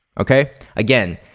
okay? again,